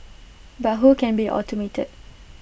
but who can be automated